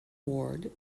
ward